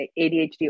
adhd